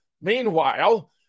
Meanwhile